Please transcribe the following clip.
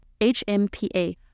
HMPA